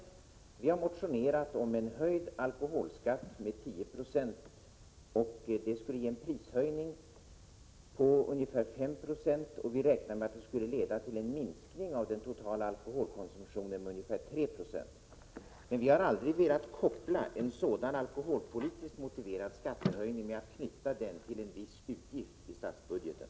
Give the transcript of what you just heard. Vi har motionerat om en höjning av alkoholskatten med 10 96. Det skulle ge en prishöjning på ungefär 5 Jo. Vi har räknat med att det skulle leda till en minskning av den totala alkoholkonsumtionen med ungefär 3 26. Men vi har aldrig velat knyta en sådan alkoholpolitiskt motiverad skattehöjning till en viss utgift i statsbudgeten.